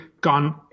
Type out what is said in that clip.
gone